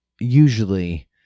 usually